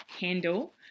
handle